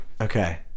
Okay